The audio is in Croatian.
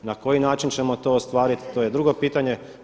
Na koji način ćemo to ostvariti, to je drugo čitanje.